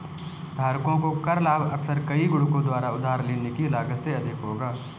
धारकों को कर लाभ अक्सर कई गुणकों द्वारा उधार लेने की लागत से अधिक होगा